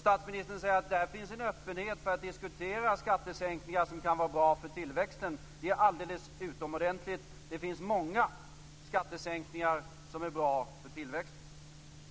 Statsministern säger att det finns en öppenhet att diskutera skattesänkningar som kan vara bra för tillväxten. Det är alldeles utomordentligt. Det finns många skattesänkningar som är bra för tillväxten.